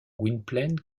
gwynplaine